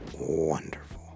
wonderful